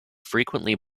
frequently